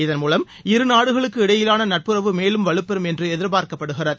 இதன்மூலம் இரு நாடுகளுக்கு இடையிலாள நட்புறவு மேலும் வலுப்பெறும் என்று எதிர்பார்க்கப்படுகிறது